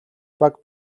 баг